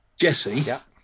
Jesse